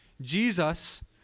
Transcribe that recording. Jesus